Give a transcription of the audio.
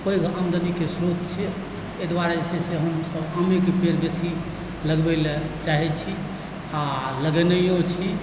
पैघ आमदनीके स्रोत छै एहि दुआरे जे छै से हमसभ आमेके पेड़ बेसी लगबय लऽ चाहैत छी आ लगेनेयो छी